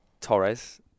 Torres